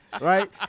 right